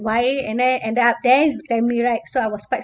why anna ended up there you tell me right so I was quite